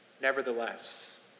Nevertheless